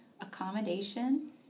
accommodation